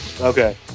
Okay